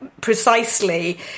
Precisely